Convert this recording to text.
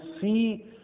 see